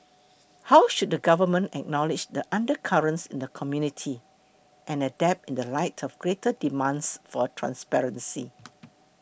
how should the government acknowledge the undercurrents in the community and adapt in the light of greater demands for transparency